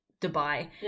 Dubai